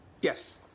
Yes